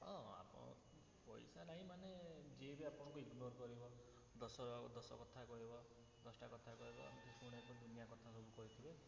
ହଁ ଆପଣ ପଇସା ନାହିଁ ମାନେ ଯିଏ ବି ଆପଣଙ୍କୁ ଇଗ୍ନୋର କରିବ ଦଶ ଦଶ କଥା କହିବ ଦଶଟା କଥା କହିବ ପୁଣି ଏପଟେ ଦୁନିଆ କଥା ସବୁ କହିଥିବେ